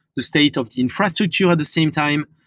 the state of the infrastructure at the same time,